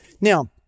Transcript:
Now